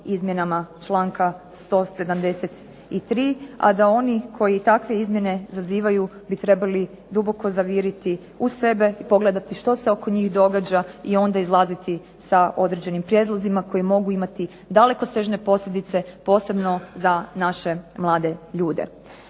izmjenama članka 173., a da oni koji takve izmjene zazivaju bi trebali duboko zaviriti u sebe i pogledati što se oko njih događa i onda izlaziti sa određenim prijedlozima koji mogu imati dalekosežne posljedice, posebno za naše mlade ljude.